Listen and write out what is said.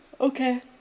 Okay